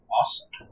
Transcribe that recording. Awesome